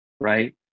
right